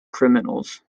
criminals